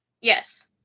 Yes